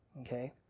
Okay